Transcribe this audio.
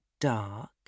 Dark